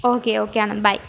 okay okay Anand பைய்